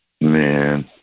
Man